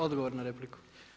Odgovor na repliku.